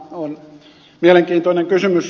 on mielenkiintoinen kysymys